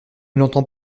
l’entends